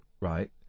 right